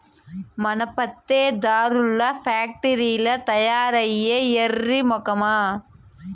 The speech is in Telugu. మన పత్తే దారాల్ల ఫాక్టరీల్ల తయారైద్దే ఎర్రి మొకమా